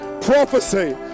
prophecy